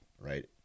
right